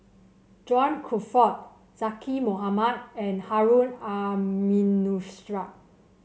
John Crawfurd Zaqy Mohamad and Harun Aminurrashid